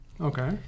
Okay